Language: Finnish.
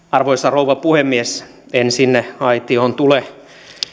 arvoisa rouva puhemies en sinne aitioon tule